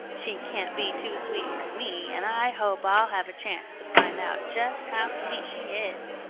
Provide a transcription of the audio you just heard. she can't be too sweet for me, and i hope i'll have a chance to find out just how sweet she is.